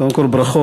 קודם כול ברכות.